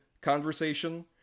conversation